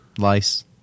Lice